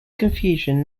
confusion